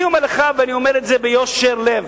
אני אומר לך, ואני אומר את זה ביושר לב: